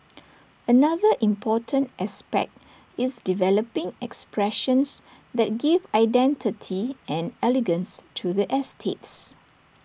another important aspect is developing expressions that give identity and elegance to the estates